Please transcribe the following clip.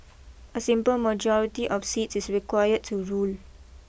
a simple majority of seats is required to rule